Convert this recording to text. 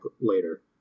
later